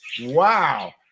wow